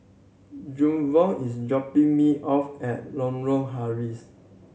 Jevon is dropping me off at Lorong Halus